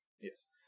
Yes